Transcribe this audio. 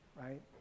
right